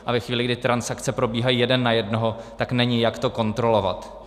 A ve chvíli, kdy transakce probíhají jeden na jednoho, tak není, jak to kontrolovat.